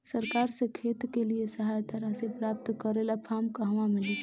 सरकार से खेत के लिए सहायता राशि प्राप्त करे ला फार्म कहवा मिली?